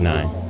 Nine